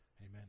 Amen